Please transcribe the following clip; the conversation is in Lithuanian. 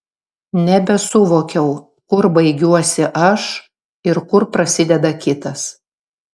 nebesuvokiau kur baigiuosi aš ir kur prasideda kitas